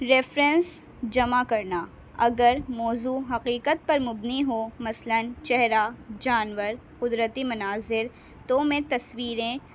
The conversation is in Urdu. ریفرینس جمع کرنا اگر موضوع حقیقت پر مبنی ہو مثلاً چہرہ جانور قدرتی مناظر تو میں تصویریں